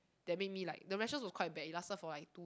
that make me like the rashes were quite bad it lasted for like two